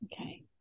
okay